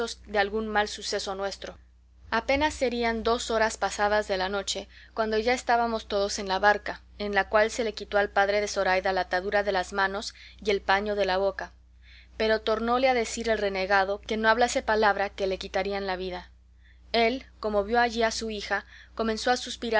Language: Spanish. de algún mal suceso nuestro apenas serían dos horas pasadas de la noche cuando ya estábamos todos en la barca en la cual se le quitó al padre de zoraida la atadura de las manos y el paño de la boca pero tornóle a decir el renegado que no hablase palabra que le quitarían la vida él como vio allí a su hija comenzó a